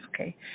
okay